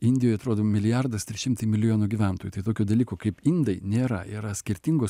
indijoj atrodo milijardas trys šimtai milijonų gyventojų tokio dalyko kaip indai nėra yra skirtingos